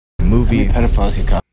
movie